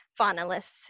finalists